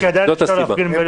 ההסתייגויות לא התקבלו.